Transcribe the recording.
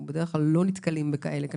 ובדרך כלל אנחנו לא נתקלים בקנסות כאלה גבוהים.